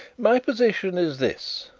my position is this,